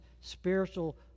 spiritual